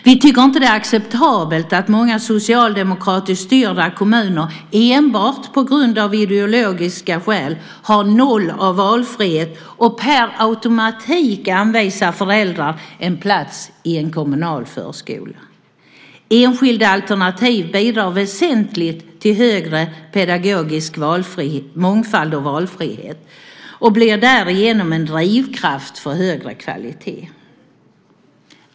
Vi tycker inte att det är acceptabelt att många socialdemokratiskt styrda kommuner enbart av ideologiska skäl har noll valfrihet och per automatik anvisar plats i en kommunal förskola. Enskilda alternativ bidrar väsentligt till större pedagogisk mångfald och valfrihet och blir därigenom en drivkraft för högre kvalitet.